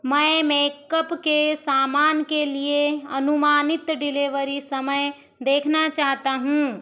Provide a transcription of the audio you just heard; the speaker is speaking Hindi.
मैं मेकअप के सामान के लिए अनुमानित डिलेवरी समय देखना चाहता हूँ